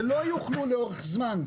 לא יוכלו לאורך זמן,